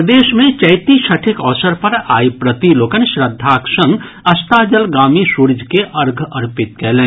प्रदेश मे चैती छठिक अवसर पर आइ व्रती लोकनि श्रद्धाक संग अस्ताचलगामी सूर्य के अर्घ्य अर्पित कयलनि